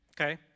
Okay